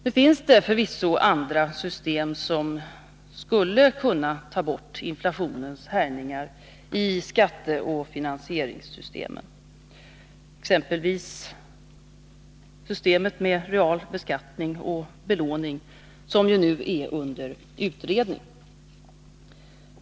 Nu finns det förvisso andra system som skulle kunna undanröja inflationens härjningar i skatteoch finansieringssystemen — exempelvis systemet med real beskattning och belåning, som nu är under utredning.